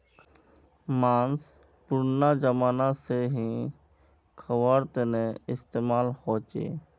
माँस पुरना ज़माना से ही ख्वार तने इस्तेमाल होचे